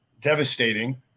devastating